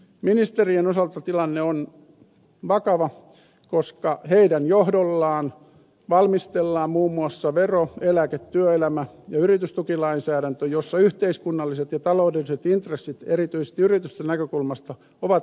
ministerien osalta tilanne on vakava koska heidän johdollaan valmistellaan muun muassa vero eläke työelämä ja yritystukilainsäädäntö joissa yhteiskunnalliset ja taloudelliset intressit erityisesti yritysten näkökulmasta ovat mittavat